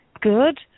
good